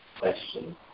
question